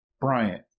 Bryant